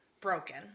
broken